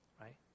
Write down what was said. right